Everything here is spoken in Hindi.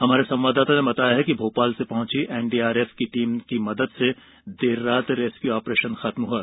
हमारे संवाददाता ने बताया है कि भोपाल से पहुंची एनडीआरएफ की टीम की मदद से देर रात रेस्क्यू ऑपरेशन खत्म हुआ